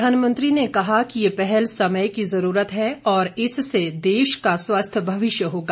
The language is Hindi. प्रधानमंत्री ने कहा कि ये पहल समय की जरूरत है और इससे देश का स्वस्थ भविष्य होगा